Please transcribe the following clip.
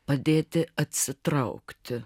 padėti atsitraukti